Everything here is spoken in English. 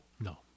No